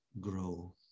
grow